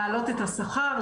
להעלות את השכר,